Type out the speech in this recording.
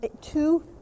two